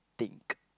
think